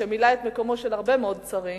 שמילא את מקומם של הרבה מאוד שרים,